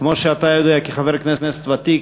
כמו שאתה יודע כחבר כנסת ותיק,